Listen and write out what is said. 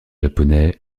japonais